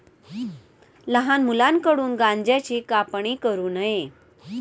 लहान मुलांकडून गांज्याची कापणी करू नये